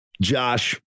josh